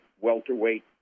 welterweight